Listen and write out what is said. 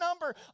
number